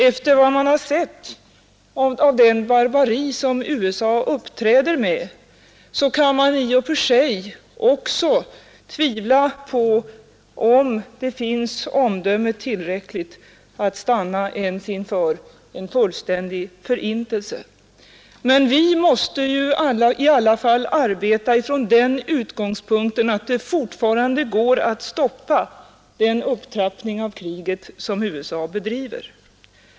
Efter vad man har sett av det barbari som USA uppträder med kan man i och för sig också tvivla på om det finns tillräckligt omdöme inom USA för att man där skulle stanna ens inför en fullständig förintelse. Men vi måste i alla fall arbeta från den utgångspunkten att det fortfarande går att stoppa den upptrappning av kriget som USA bedriver.